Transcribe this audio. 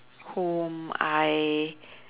whom I